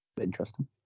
interesting